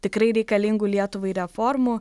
tikrai reikalingų lietuvai reformų